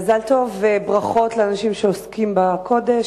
מזל טוב וברכות לעוסקים בקודש,